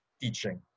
teaching